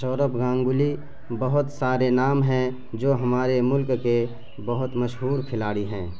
سورو گانگولی بہت سارے نام ہیں جو ہمارے ملک کے بہت مشہور کھلاڑی ہیں